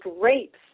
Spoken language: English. rapes